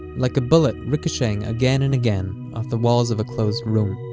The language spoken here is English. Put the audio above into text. like a bullet ricocheting again and again off the walls of a closed room